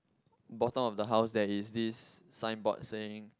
bottom of the house there is this sign board saying